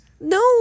No